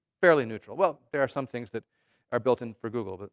fairly neutral. well, there are some things that are built-in for google. but